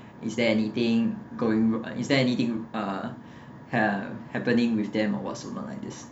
is there anything going uh is there anything ah ah ha~ happening with them or what something like this